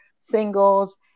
singles